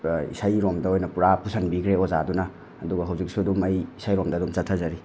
ꯏꯁꯩꯔꯣꯝꯗ ꯑꯣꯏꯅ ꯄꯨꯔꯥ ꯄꯨꯁꯟꯕꯤꯈ꯭ꯔꯦ ꯑꯣꯖꯥꯗꯨꯅ ꯑꯗꯨꯒ ꯍꯧꯖꯤꯛꯁꯨ ꯑꯗꯨꯝ ꯑꯩ ꯏꯁꯩꯔꯣꯝꯗ ꯑꯗꯨꯝ ꯆꯠꯊꯖꯔꯤ